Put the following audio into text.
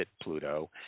Pluto